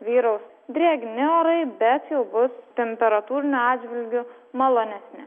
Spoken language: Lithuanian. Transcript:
vyraus drėgni orai bet jau bus temperatūriniu atžvilgiu malonesnė